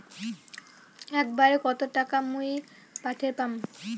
একবারে কত টাকা মুই পাঠের পাম?